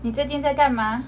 你最近在干嘛